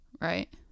Right